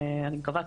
אני מקווה,